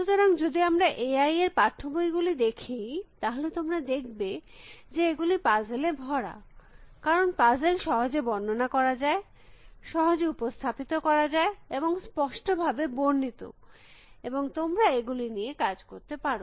সুতরাং যদি আমরা এ আই এর পাঠ্যবই গুলি দেখি তাহলে তোমরা দেখবে যে এগুলি পাজেলে ভরা কারণ পাজেল সহজে বর্ণনা করা যায় সহজে উপস্থাপিত করা যায় এবং স্পষ্ট ভাবে বর্ণিত এবং তোমরা এগুলি নিয়ে কাজ করতে পারো